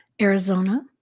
Arizona